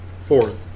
fourth